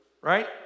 right